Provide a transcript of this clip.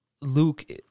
Luke